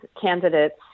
candidates